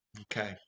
Okay